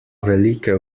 velike